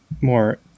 more